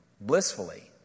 blissfully